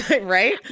right